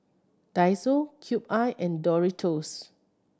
Daiso Cube I and Doritos